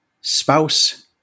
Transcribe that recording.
spouse